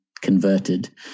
converted